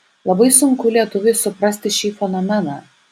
labai sunku lietuviui suprasti šį fenomeną